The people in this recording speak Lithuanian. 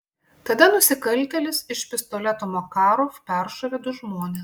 tada nusikaltėlis iš pistoleto makarov peršovė du žmones